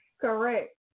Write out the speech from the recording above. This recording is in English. Correct